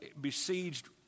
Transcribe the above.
besieged